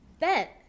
Bet